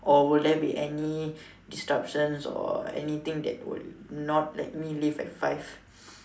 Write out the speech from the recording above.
or will there be any disruptions or anything that will not let me leave at five